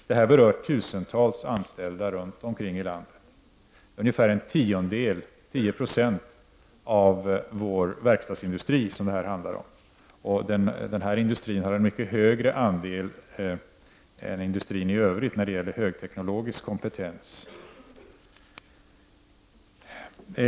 Detta berör tusentals anställda runt om i landet. Det är ungefär 10 % av vår verkstadsindustri som det här handlar om. Och denna industri har en mycket större andel av högteknologisk kompetens än industrin i övrigt.